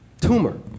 tumor